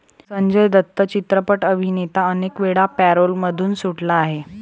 संजय दत्त चित्रपट अभिनेता अनेकवेळा पॅरोलमधून सुटला आहे